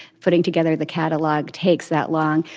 putting together the catalog, takes that long.